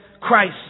Christ